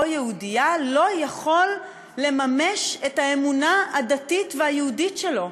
יהודייה לא יכול לממש את האמונה הדתית והיהודית שלו?